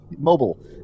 mobile